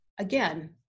again